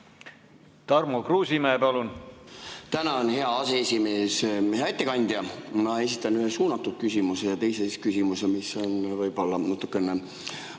Tarmo Kruusimäe, palun! Tänan, hea aseesimees! Hea ettekandja! Ma esitan ühe suunatud küsimuse ja teise sellise küsimuse, mis võib-olla vajab natukene